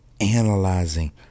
analyzing